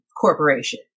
corporation